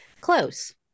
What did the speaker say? Close